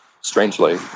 strangely